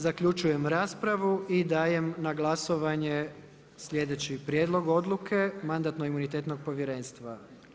Zaključujem raspravu i dajem na glasovanje slijedeći prijedlog oduke Mandatno imunitetnog povjerenstva.